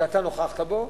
שאתה נכחת בו: